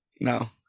No